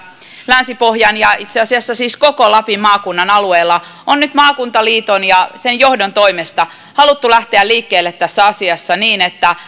länsi pohjan ja itse asiassa koko lapin maakunnan alueella on nyt maakuntaliiton ja sen johdon toimesta haluttu lähteä liikkeelle tässä asiassa niin että